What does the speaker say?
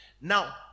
Now